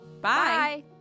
Bye